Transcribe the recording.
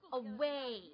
away